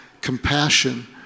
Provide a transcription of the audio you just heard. compassion